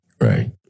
Right